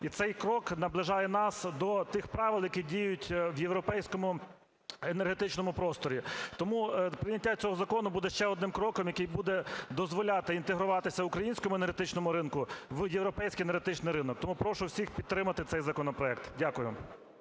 І цей крок наближає нас до тих правил, які діють в європейському енергетичному просторі. Тому прийняття цього закону буде ще одним кроком, який буде дозволяти інтегруватися українському енергетичному ринку в європейський енергетичний ринок. Тому прошу всіх підтримати цей законопроект. Дякую.